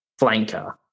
flanker